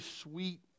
sweet